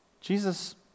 Jesus